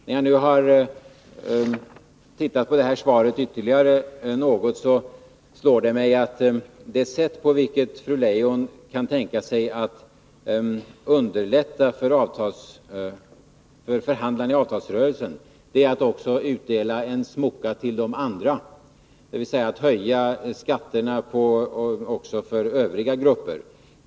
När jag nu har tittat på svaret ytterligare något, slår det mig att det sätt på vilket fru Leijon kan tänka sig att underlätta för förhandlarna i avtalsrörelsen är att också utdela en smocka till de andra, dvs att höja skatterna också för övriga grupper.